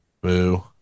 Boo